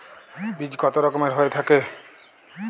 বীজ কত রকমের হয়ে থাকে?